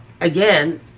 again